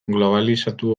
globalizatu